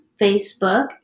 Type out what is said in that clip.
facebook